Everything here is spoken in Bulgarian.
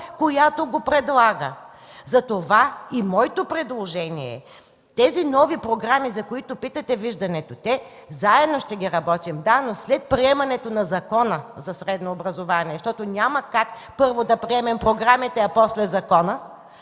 която го предлага. Затова и моето предложение е тези нови програми, за които питате, виждането: тях ще ги работим заедно, да, но след приемането на Закона за средното образование, защото няма как първо да приемем програмите, а после закона.